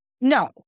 No